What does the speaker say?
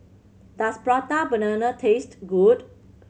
does Prata Banana taste good